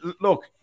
Look